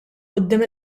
quddiem